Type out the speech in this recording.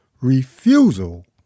refusal